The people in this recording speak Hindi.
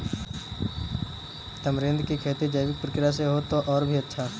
तमरींद की खेती जैविक प्रक्रिया से हो तो और भी अच्छा